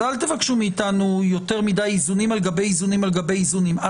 אז אל תבקשו מאיתנו יותר מדי איזונים על גבי איזונים על גבי איזונים.